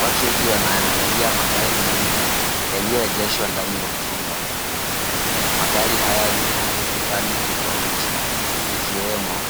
Watu wengi wanaangalia magari mengi yalioegeshwa ndani ya chumba. Magari haya ni ya rangi tofauti, ikiwemo